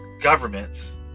governments